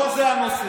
לא זה הנושא.